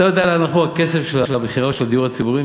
אתה יודע לאן הלך הכסף של המכירה של הדיור הציבורי,